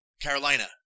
Carolina